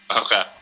Okay